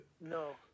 No